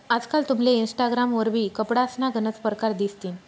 आजकाल तुमले इनस्टाग्राम वरबी कपडासना गनच परकार दिसतीन